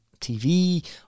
TV